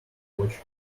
watch